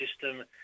system